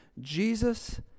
Jesus